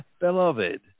beloved